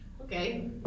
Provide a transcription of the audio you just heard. Okay